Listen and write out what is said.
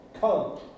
Come